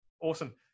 Awesome